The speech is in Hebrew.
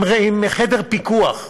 עם חדר פיקוח.